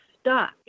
stuck